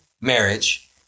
marriage